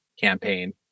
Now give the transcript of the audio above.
campaign